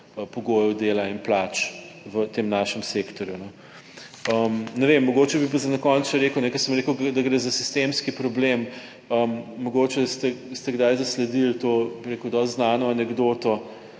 pogojev dela in plač v tem našem sektorju. Ne vem, mogoče bi pa za na konec še rekel, ker sem rekel, da gre za sistemski problem, mogoče ste kdaj zasledili to, bi rekel, dosti znano anekdoto